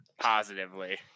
positively